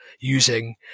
using